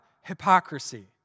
hypocrisy